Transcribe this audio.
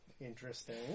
interesting